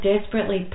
desperately